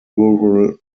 rural